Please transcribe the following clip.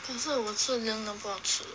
可是我吃的这样都不好吃